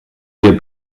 wir